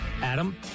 Adam